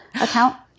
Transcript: account